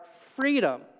freedom